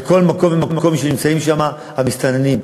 לכל מקום ומקום שנמצאים שם המסתננים.